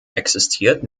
existiert